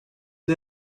det